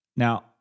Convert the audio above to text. Now